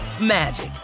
magic